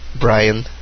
Brian